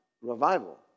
revival